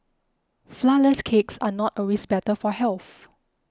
Flourless Cakes are not always better for health